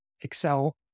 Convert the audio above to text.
Excel